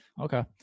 okay